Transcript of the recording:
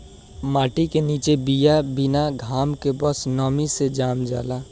माटी के निचे बिया बिना घाम के बस नमी से जाम जाला